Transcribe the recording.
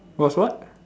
was what